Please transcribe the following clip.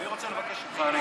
אני רוצה לבקש ממך.